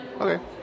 Okay